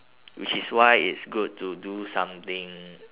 which is why it's good to do something